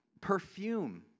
perfume